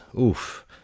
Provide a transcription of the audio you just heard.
oof